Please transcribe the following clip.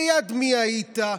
ליד מי היית,